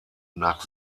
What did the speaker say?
nach